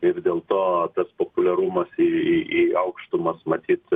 ir dėl to tas populiarumas į į į aukštumas matyt